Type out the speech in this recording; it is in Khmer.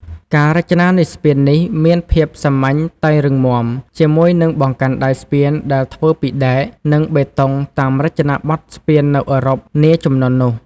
ការរចនានៃស្ពាននេះមានភាពសាមញ្ញតែរឹងមាំ ជាមួយនឹងបង្កាន់ដៃស្ពានដែលធ្វើពីដែក និងបេតុងតាមរចនាប័ទ្មស្ពាននៅអឺរ៉ុបនាជំនាន់នោះ។